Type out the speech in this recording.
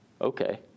Okay